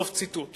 סוף ציטוט.